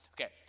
Okay